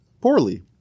poorly